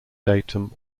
datum